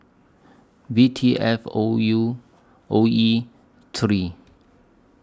V T F O U O E three